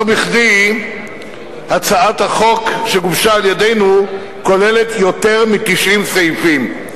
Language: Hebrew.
לא בכדי הצעת החוק שגובשה על-ידינו כוללת יותר מ-90 סעיפים.